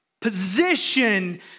Position